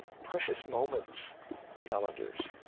precious moments calendars.